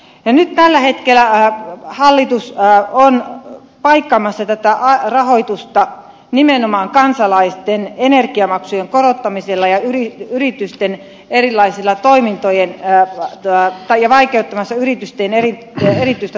nyt tällä hetkellä hallitus on paikkaamassa tätä rahoitusta nimenomaan kansalaisten energiamaksujen korottamisella ja on vaikeuttamassa yritysten erityistä toimintaa